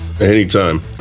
anytime